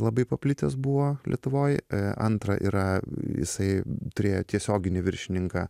labai paplitęs buvo lietuvoj antra yra jisai turėjo tiesioginį viršininką